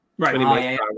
Right